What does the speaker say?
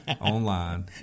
online